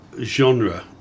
genre